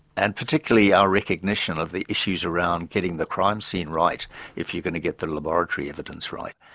and particularly our recognition of the issues around getting the crime scene right if you're going to get the laboratory evidence right.